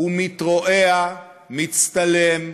הוא מתרועע, מצטלם,